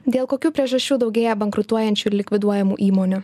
dėl kokių priežasčių daugėja bankrutuojančių ir likviduojamų įmonių